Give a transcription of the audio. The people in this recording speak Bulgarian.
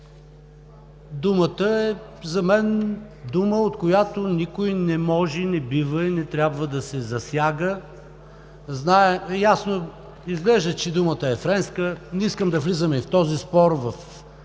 Думата е за мен дума, от която никой не може, не бива и не трябва да се засяга. Изглежда, че думата е френска. Не искам да влизаме в този спор, в тази